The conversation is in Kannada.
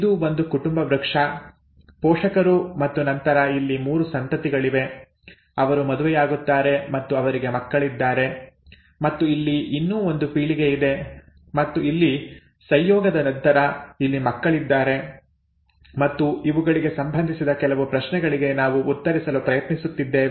ಇದು ಒಂದು ಕುಟುಂಬ ವೃಕ್ಷ ಪೋಷಕರು ಮತ್ತು ನಂತರ ಇಲ್ಲಿ 3 ಸಂತತಿಗಳಿವೆ ಅವರು ಮದುವೆಯಾಗುತ್ತಾರೆ ಮತ್ತು ಅವರಿಗೆ ಮಕ್ಕಳಿದ್ದಾರೆ ಮತ್ತು ಇಲ್ಲಿ ಇನ್ನೂ ಒಂದು ಪೀಳಿಗೆಯಿದೆ ಮತ್ತು ಇಲ್ಲಿ ಸಂಯೋಗದ ನಂತರ ಇಲ್ಲಿ ಮಕ್ಕಳಿದ್ದಾರೆ ಮತ್ತು ಇವುಗಳಿಗೆ ಸಂಬಂಧಿಸಿದ ಕೆಲವು ಪ್ರಶ್ನೆಗಳಿಗೆ ನಾವು ಉತ್ತರಿಸಲು ಪ್ರಯತ್ನಿಸುತ್ತಿದ್ದೇವೆ